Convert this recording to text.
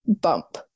bump